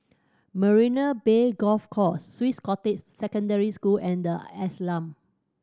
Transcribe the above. Marina Bay Golf Course Swiss Cottage Secondary School and The Ashram